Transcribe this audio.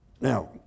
Now